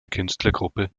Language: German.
künstlergruppe